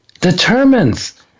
determines